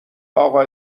اقا